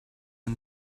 and